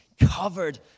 covered